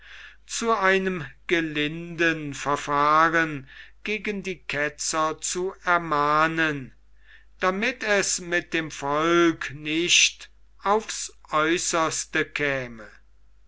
zu einem gelinden verfahren gegen die ketzer zu ermahnen damit es mit dem volk nicht aufs aeußerste käme